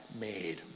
made